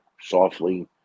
softly